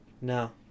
No